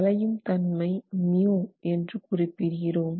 வளையும் தன்மை μ என்று குறிப்பிடுகிறோம்